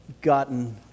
gotten